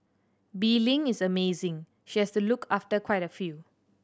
Bee Ling is amazing she has to look after quite a few